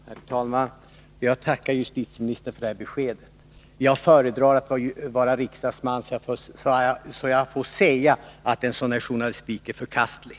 Herr talman! Jag tackar justitieministern för det beskedet. Jag föredrar att vara riksdagsman, så att jag får säga att en sådan här journalistik är förkastlig.